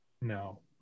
no